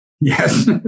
Yes